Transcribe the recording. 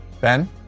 Ben